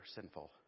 sinful